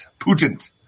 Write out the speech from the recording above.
Putin